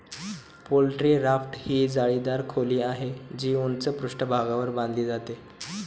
poultry raft ही जाळीदार खोली आहे, जी उंच पृष्ठभागावर बांधली जाते